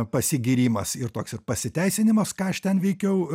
pasigyrimas ir toks ir pasiteisinimas ką aš ten veikiau